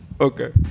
Okay